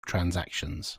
transactions